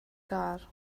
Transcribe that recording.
gar